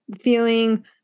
feeling